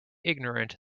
ignorant